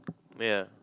ya